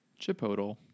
Chipotle